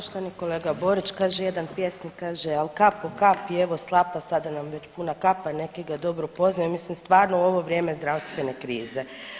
Poštovani kolega Borić kaže jedan pjesni, al' kap po kap i evo slapa, sada nam već puna kapa, neki ga dobro poznaju, mislim stvarno u ovo vrijeme zdravstvene krize.